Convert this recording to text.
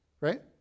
Right